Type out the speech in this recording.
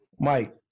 Mike